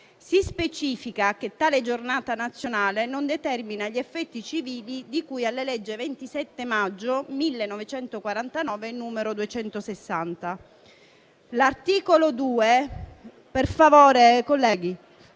Si specifica che tale Giornata nazionale non determina gli effetti civili di cui alla legge 27 maggio 1949, n. 260. L'articolo 2 disciplina le